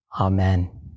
Amen